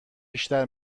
بیشتر